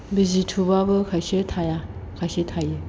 बिजि थुब्लाबो खायसे थाया खायसे थायो